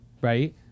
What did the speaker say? right